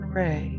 ray